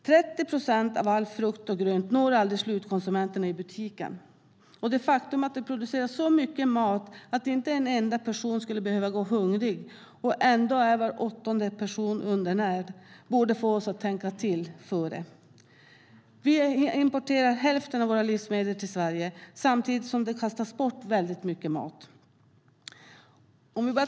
30 procent av allt frukt och grönt når aldrig slutkonsumenterna i butiken. Det produceras så mycket mat att inte en enda person skulle behöva gå hungrig. Ändå är var åttonde person undernärd. Dessa fakta borde få oss att tänka till i förväg. Vi importerar hälften av våra livsmedel till Sverige, samtidigt som det kastas bort väldigt mycket mat.